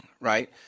right